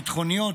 ביטחוניות,